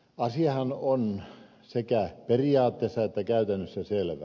asiahan on sekä periaatteessa että käytännössä selvä